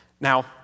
Now